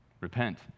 Repent